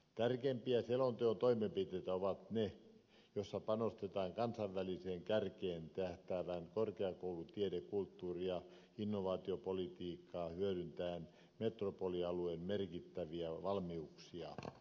tärkeimpiä selonteon toimenpiteitä ovat ne joissa panostetaan kansainväliseen kärkeen tähtäävään korkeakoulu tiede kulttuuri ja innovaatiopolitiikkaan hyödyntäen metropolialueen merkittäviä valmiuksia